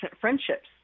friendships